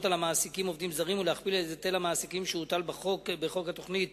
על המעסיקים עובדים זרים ולהכפיל את היטל המעסיקים שהוטל בחוק התוכנית